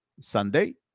Sunday